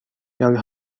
jag